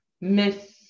Miss